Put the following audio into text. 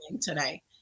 today